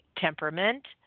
temperament